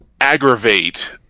aggravate